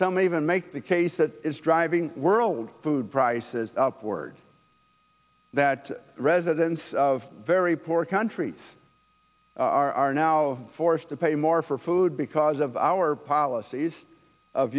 some even make the case that it's driving world food prices up word that residents of very poor countries are now forced to pay more for food because of our policies of